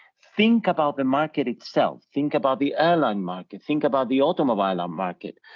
think about the market itself, think about the airline market, think about the automobile um market,